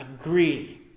agree